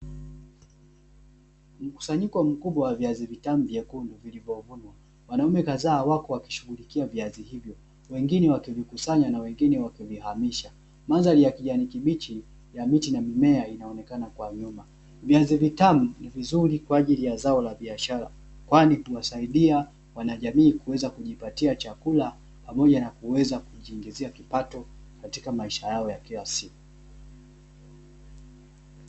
Mkusanyiko mkubwa wa viazi vitamu vyekundu vilivyovunwa. Wanaume kadhaa wako wakishughulikia viazi hivyo, wengine wakivikusanya na wengine wakivihamisha. Mandhari ya kijani kibichi ya miti na mimea inaonekana kwa nyuma. Viazi vitamu ni vizuri kwa ajili ya zao la biashara, kwani huwasaidia wanajamii kuweza kujipatia chakula pamoja na kuweza kujiingizia kipato katika maisha yao ya kila siku.